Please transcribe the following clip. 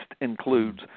includes